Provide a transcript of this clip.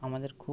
আমাদের খুব